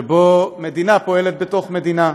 שבו מדינה פועלת בתוך מדינה,